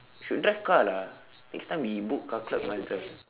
should drive car lah next time we book car club you must drive